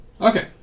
Okay